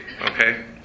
Okay